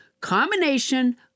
combination